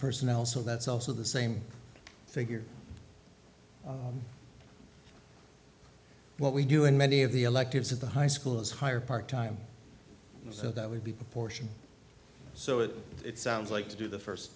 personnel so that's also the same figure what we do in many of the electives at the high school is higher part time so that would be proportion so it sounds like to do the first